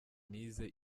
nize